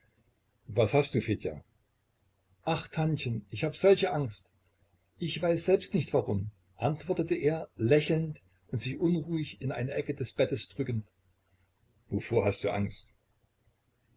was hast du fedja ach tantchen ich habe solche angst ich weiß selbst nicht warum antwortete er lächelnd und sich unruhig in eine ecke des bettes drückend wovor hast du angst